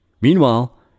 Meanwhile